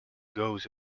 goes